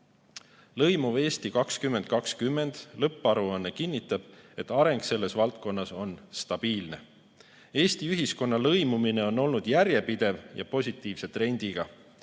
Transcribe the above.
"Lõimuva Eesti 2020" lõpparuanne kinnitab, et areng selles valdkonnas on stabiilne. Eesti ühiskonna lõimumine on olnud järjepidev ja positiivse trendiga.